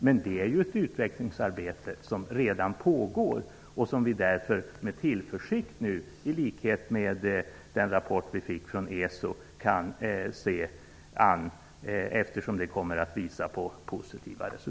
Men det pågår redan ett utvecklingsarbete, som vi kan se an med tillförsikt -- i likhet med rapporten från ESO -- eftersom det kommer att visa på positiva resultat.